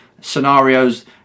scenarios